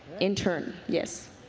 in turn. yes.